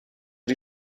sie